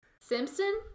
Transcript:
Simpson